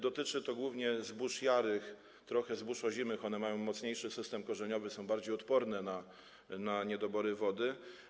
Dotyczy to głównie zbóż jarych, trochę zbóż ozimych, które mają mocniejszy system korzeniowy, są bardziej odporne na niedobory wody.